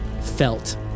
felt